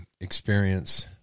experience